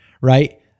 right